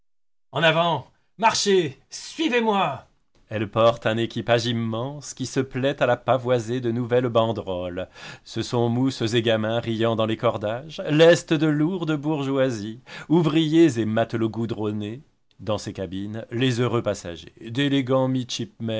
en avant marchez suivez-moi elle porte un équipage immense qui se plaît à la pavoiser de nouvelles banderoles ce sont mousses et gamins riant dans les cordages lest de lourde bourgeoisie ouvriers et matelots goudronnés dans ses cabines les heureux passagers